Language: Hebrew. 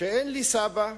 שאין לי סבא,